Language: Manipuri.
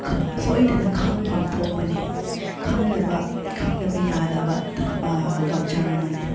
ꯁꯣꯏꯗꯅ ꯈꯪꯐꯝ ꯊꯣꯛꯄꯅꯤ ꯈꯪꯗꯕ ꯈꯪꯗꯕ ꯌꯥꯗꯕ ꯀꯜꯆꯔ ꯑꯃꯅꯦ